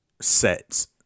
sets